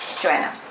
Joanna